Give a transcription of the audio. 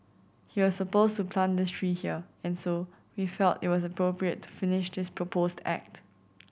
he was supposed to plant this tree here and so we felt it was appropriate to finish this proposed act